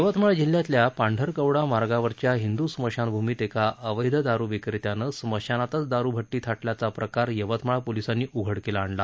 यवतमाळ जिल्ह्यातल्या पांढरकवडा मार्गावरच्या हिंदू स्मशानभूमीत एका अवैध दारू विक्रेत्यानं स्मशानातच दारू भट्टी थाटल्याचा प्रकार यवतमाळ पोलीसांनी उगडकीला आणला